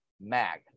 mag